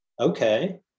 okay